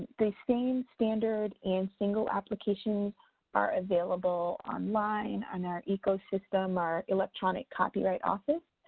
the same standard and single applications are available online, on our ecosystem, our electronic copyright office.